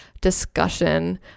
discussion